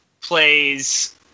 plays